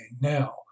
now